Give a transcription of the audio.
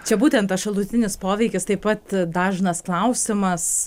čia būtent tas šalutinis poveikis taip pat dažnas klausimas